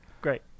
Great